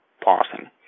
parsing